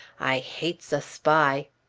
i hates a spy.